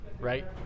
right